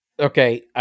okay